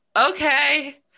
okay